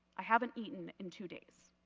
i haven't eaten in two days.